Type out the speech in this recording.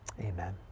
Amen